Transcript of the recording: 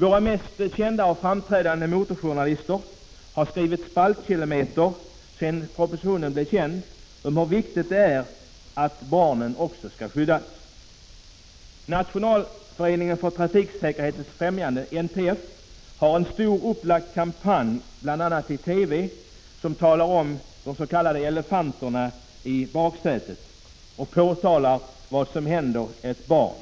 Våra mest kända och framstående motorjournalister har skrivit spaltkilometrar sedan propositionen blev känd om hur viktigt det är att barnen också skall skyddas. Nationalföreningen för trafiksäkerhetens främjande, NTF, har en stort upplagd kampanj, bl.a. i TV, som talar om de s.k. elefanterna i baksätet och påtalar vad som händer ett barn